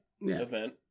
event